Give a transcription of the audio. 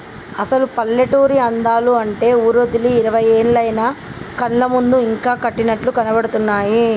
అసలు పల్లెటూరి అందాలు అంటే ఊరోదిలి ఇరవై ఏళ్లయినా కళ్ళ ముందు ఇంకా కట్టినట్లు కనబడుతున్నాయి